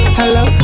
hello